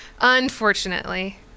unfortunately